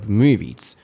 movies